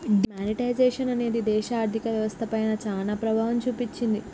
D monetisation అనేది దేశ ఆర్ధిక వ్యవస్థ పైన చానా ప్రభావం చూపించింది